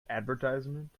advertisement